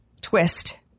twist